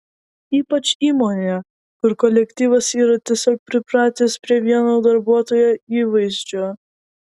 ypač įmonėje kur kolektyvas yra tiesiog pripratęs prie vieno darbuotojo įvaizdžio